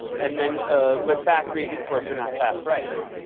and then but fast reads, of course, are not fast writes.